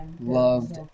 loved